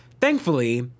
Thankfully